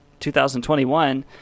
2021